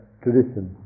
tradition